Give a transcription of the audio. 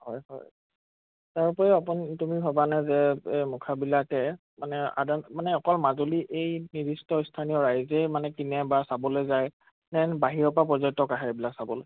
হয় হয় তাৰোপৰিও আপোন তুমি ভবানে যে এই মুখাবিলাকে মানে আদা মানে অকল মাজুলী এই নিৰ্দিষ্ট স্থানীয় ৰাইজেই মানে কিনে বা চাবলৈ যায় নে বাহিৰৰ পৰা পৰ্যটক আহে এইবিলাক চাবলৈ